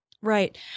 Right